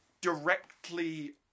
directly